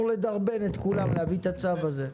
לדרבן את כולם להביא את הצו הזה.